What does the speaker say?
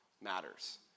matters